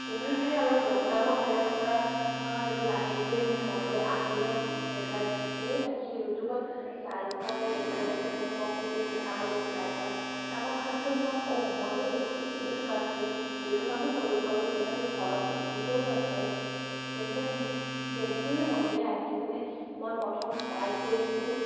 তেনেকেই আৰু লকডাউনৰ সময়ৰ পৰা এইটো লাহেকৈ মোৰ মনলৈ আহিলে এইবিলাক এনেই থাকি ইউটিউবত চাই চাই ঘপককৈ এদিন দেখা পালোঁ চিলাই কৰা তাৰপৰা ভাবিলোঁ মই অঁ মইতো এইটোতো এনেই থকাতকৈ এইটো কামো কৰিব পাৰোঁ যিহেতু ঘৰত মেচিনটোও আছে তেন্তে তেনেকৈয়ে মনলৈ আহি কিনে মই প্ৰথম ষ্টাৰ্ট কৰিছিলোঁ